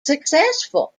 successful